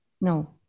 No